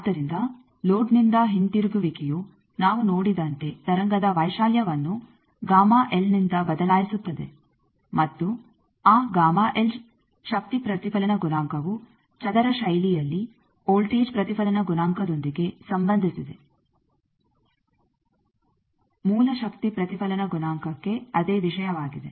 ಆದ್ದರಿಂದ ಲೋಡ್ನಿಂದ ಹಿಂತಿರುಗುವಿಕೆಯು ನಾವು ನೋಡಿದಂತೆ ತರಂಗದ ವೈಶಾಲ್ಯವನ್ನು ನಿಂದ ಬದಲಾಯಿಸುತ್ತದೆ ಮತ್ತು ಆ ಶಕ್ತಿ ಪ್ರತಿಫಲನ ಗುಣಾಂಕವು ಚದರ ಶೈಲಿಯಲ್ಲಿ ವೋಲ್ಟೇಜ್ ಪ್ರತಿಫಲನ ಗುಣಾಂಕದೊಂದಿಗೆ ಸಂಬಂಧಿಸಿದೆ ಮೂಲ ಶಕ್ತಿ ಪ್ರತಿಫಲನ ಗುಣಾಂಕಕ್ಕೆ ಅದೇ ವಿಷಯವಾಗಿದೆ